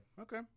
Okay